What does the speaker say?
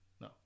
No